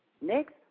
Next